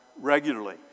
regularly